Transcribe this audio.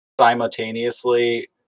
simultaneously